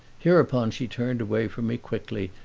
hereupon she turned away from me quickly,